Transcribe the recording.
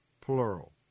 plural